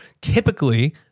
typically